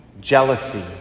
jealousy